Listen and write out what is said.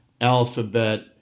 Alphabet